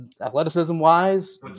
athleticism-wise